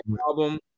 Album